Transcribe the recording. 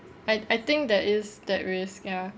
I I think there is that risk ya